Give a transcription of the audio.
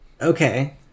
Okay